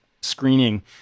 screening